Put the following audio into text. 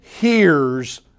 hears